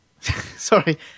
Sorry